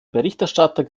berichterstatter